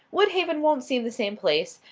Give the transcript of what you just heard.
woodhaven won't seem the same place.